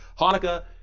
Hanukkah